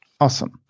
Awesome